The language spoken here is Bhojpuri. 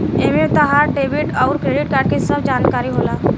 एमे तहार डेबिट अउर क्रेडित कार्ड के सब जानकारी होला